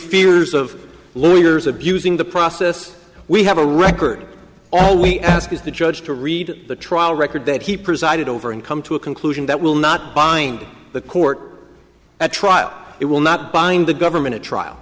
fears of lawyers abusing the process we have a record all we ask is the judge to read the trial record that he presided over and come to a conclusion that will not bind the court at trial it will not bind the government to trial